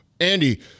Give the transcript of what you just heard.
Andy